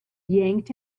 yanked